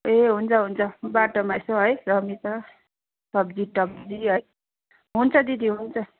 ए हुन्छ हुन्छ बाटोमा यसो है रमिता सब्जीटब्जी है हुन्छ दिदी हुन्छ